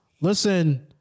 Listen